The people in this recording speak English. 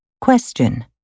Question